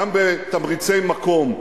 גם בתמריצי מקום,